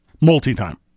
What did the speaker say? multi-time